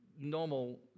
normal